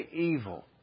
evil